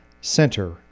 Center